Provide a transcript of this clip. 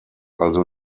also